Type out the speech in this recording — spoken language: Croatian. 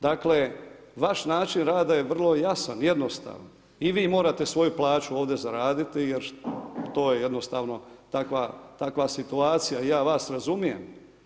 Dakle, vaš način rada je vrlo jasan, jednostavan i vi morate svoju plaću ovdje zaraditi, jer to je jednostavno, takva situacija i ja vas razumijem.